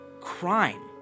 crime